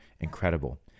incredible